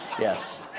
yes